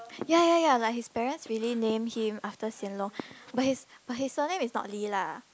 ya ya ya like his parents really name him after Hsien-Loong but his but his surname is not Lee lah